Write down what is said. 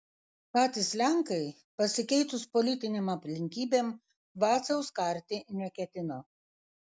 patys lenkai pasikeitus politinėm aplinkybėm vaciaus karti neketino